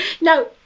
no